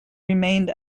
remained